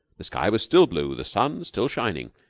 the sky was still blue, the sun still shining.